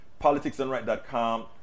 politicsandright.com